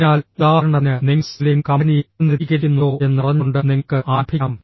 അതിനാൽ ഉദാഹരണത്തിന് നിങ്ങൾ സ്റ്റെർലിംഗ് കമ്പനിയെ പ്രതിനിധീകരിക്കുന്നുണ്ടോ എന്ന് പറഞ്ഞുകൊണ്ട് നിങ്ങൾക്ക് ആരംഭിക്കാം